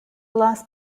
last